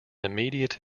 immediate